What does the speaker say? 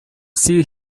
see